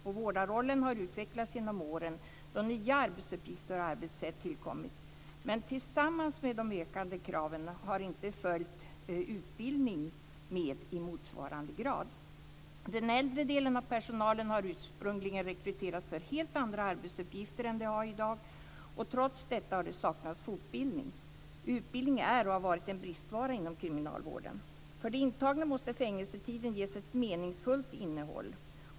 Och vårdarrollen har utvecklats genom åren då nya arbetsuppgifter och arbetssätt har tillkommit. Men tillsammans med de ökande kraven har inte utbildning i motsvarande grad följt med. Den äldre delen av personalen har ursprungligen rekryterats för helt andra arbetsuppgifter än de i dag har. Och trots detta har det saknats fortbildning. Utbildning är och har varit en bristvara inom kriminalvården. För de intagna måste fängelsetiden ges ett meningsfullt innehåll.